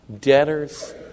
debtors